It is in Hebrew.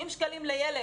70 שקלים לילד,